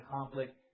conflict